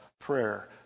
prayer